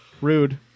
Rude